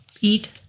eat